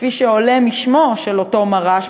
כפי שעולה משמו של אותו מר"ש,